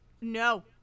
No